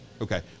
Okay